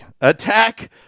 Attack